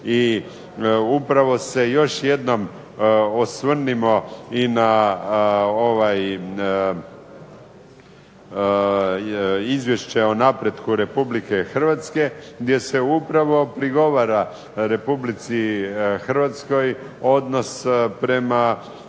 I upravo se još jednom osvrnimo i na ovo Izvješće o napretku RH gdje se upravo prigovara Republici Hrvatskoj odnos prema